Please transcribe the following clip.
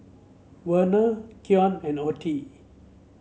Verna Keon and Ottie